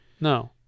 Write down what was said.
No